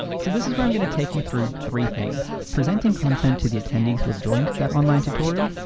so this is where i'm gonna take you through three things. presenting content to the attendees who have joined that online tutorial,